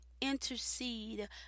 intercede